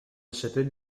chapelle